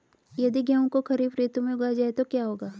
यदि गेहूँ को खरीफ ऋतु में उगाया जाए तो क्या होगा?